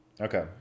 Okay